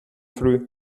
früh